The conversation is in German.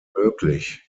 möglich